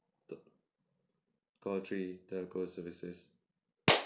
call three telco services